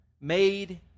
made